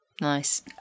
Nice